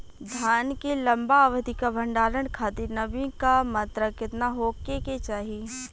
धान के लंबा अवधि क भंडारण खातिर नमी क मात्रा केतना होके के चाही?